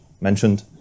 mentioned